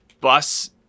bus